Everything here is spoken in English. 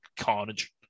carnage